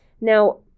Now